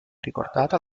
ricordata